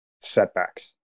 setbacks